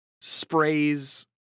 sprays